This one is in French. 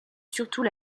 surtout